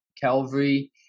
Calvary